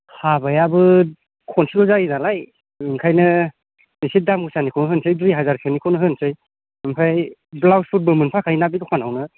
हाबायाबो खनसेल' जायो नालाय ओंखायनो इसे दाम गोसानिखौनो होनोसै दुइ हाजारसोनिखौनो होनोसै ओमफ्राय ब्लाउसफोरबो मोनफाखायोना बि दखानावनो